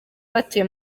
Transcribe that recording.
batuye